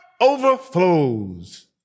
overflows